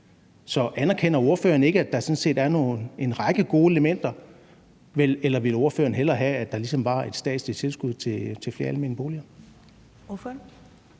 Så anerkender ordføreren ikke, at der sådan set er en række gode elementer, eller ville ordføreren hellere have, at der ligesom var et statsligt tilskud til flere almene boliger?